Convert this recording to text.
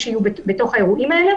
זאת לא תשובה.